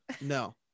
No